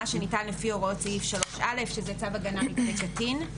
שניתן לפי הוראות סעיף 3א. שזה צו הגנה מפני קטין.